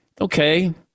Okay